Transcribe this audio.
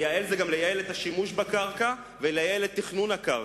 לייעל זה גם לייעל את השימוש בקרקע ולייעל את תכנון הקרקע.